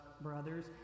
brothers